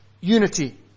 unity